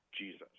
Jesus